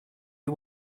you